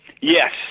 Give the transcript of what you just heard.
Yes